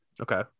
Okay